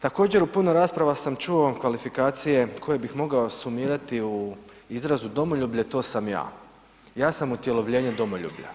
Također u puno rasprava sam čuo kvalifikacije koje bih mogao sumirati u izrazu domoljublje, to sam ja, ja sam utjelovljenje domoljublja.